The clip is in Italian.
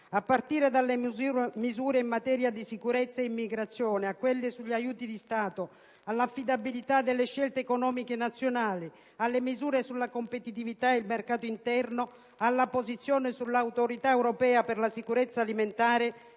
a partire dalle misure in materia di sicurezza e immigrazione, a quelle sugli aiuti di Stato, all'affidabilità delle scelte economiche nazionali, alle misure sulla competitività e il mercato interno, alla posizione sull'Autorità europea per la sicurezza alimentare,